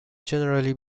generally